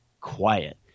quiet